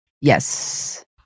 Yes